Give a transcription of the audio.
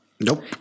Nope